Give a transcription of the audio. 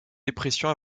dépression